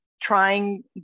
trying